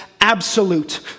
absolute